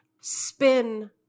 spin